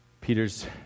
Peter's